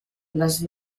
les